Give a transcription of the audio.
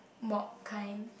mop kind